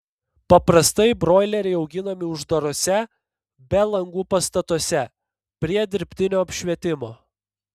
paprastai broileriai auginami uždaruose be langų pastatuose prie dirbtinio apšvietimo